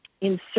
insert